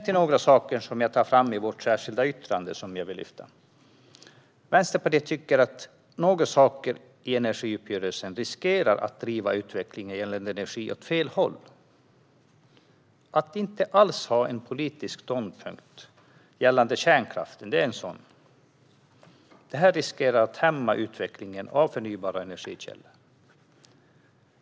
I vårt särskilda yttrande finns det några saker som jag vill lyfta fram. Vänsterpartiet tycker att några saker i energiuppgörelsen riskerar att driva utvecklingen gällande energi åt fel håll. Att inte alls ha en politisk ståndpunkt gällande kärnkraften är en sådan sak, och detta riskerar att hämma utvecklingen av förnybara energikällor.